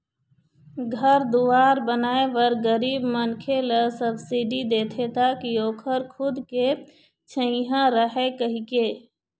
घर दुवार बनाए बर गरीब मनखे ल सब्सिडी देथे ताकि ओखर खुद के छइहाँ रहय कहिके